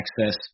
access